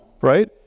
right